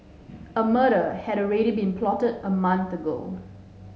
a murder had already been plotted a month ago